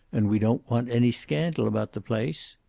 and we don't want any scandal about the place.